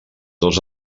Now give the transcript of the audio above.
dos